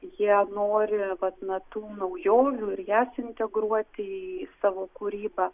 jie nori vat na tų naujovių ir jas integruoti į savo kūrybą